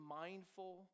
mindful